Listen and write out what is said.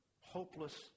hopeless